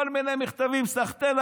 כל מיני מכתבים: סחתיין,